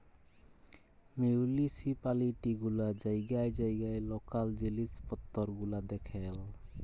municipality গুলা জাইগায় জাইগায় লকাল জিলিস পত্তর গুলা দ্যাখেল